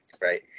right